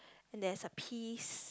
and there's a peas